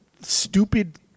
stupid